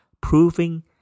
proving